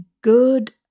good